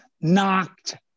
knocked